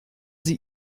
sie